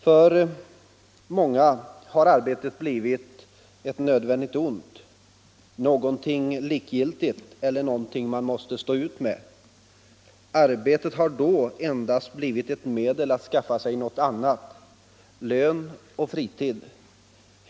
För många människor har arbetet blivit ett nödvändigt ont, någonting likgiltigt eller någonting som man måste stå ut med. Arbetet har med andra ord endast blivit ett medel att skaffa sig något annat: lön och fritid.